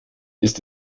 ist